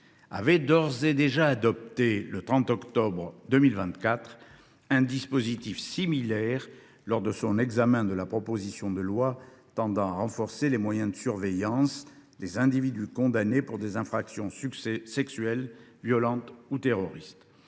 a d’ores et déjà adopté, le 30 octobre 2024, un dispositif similaire lors de son examen de la proposition de loi tendant à renforcer les moyens de surveillance des individus condamnés pour des infractions sexuelles, violentes ou terroristes.